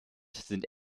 sind